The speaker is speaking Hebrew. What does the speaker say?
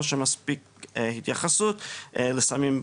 או שמספיק התייחסות לסמים,